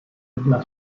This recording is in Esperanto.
ebla